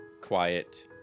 quiet